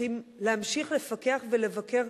צריך להמשיך לפקח ולבקר,